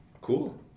Cool